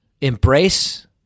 embrace